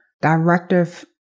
directive